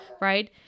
right